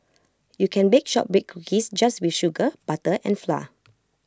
you can bake Shortbread Cookies just with sugar butter and flour